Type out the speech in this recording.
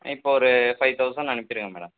இப்போ ஒரு five thousand அனுப்பிருங்க மேடம்